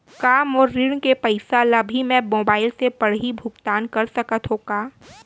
का मोर ऋण के पइसा ल भी मैं मोबाइल से पड़ही भुगतान कर सकत हो का?